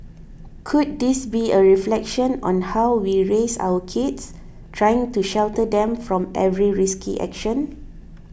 could this be a reflection on how we raise our kids trying to shelter them from every risky action